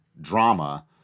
drama